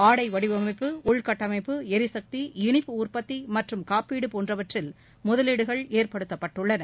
ஆடை வடிவமைப்பு உள்கட்டமைப்பு எரிசக்தி இளிப்பு உற்பத்தி மற்றும் காப்பீடு போன்றவற்றில் முதலீடுகள் ஏற்படுத்தப்பட்டுள்ளன